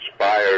inspired